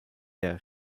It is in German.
der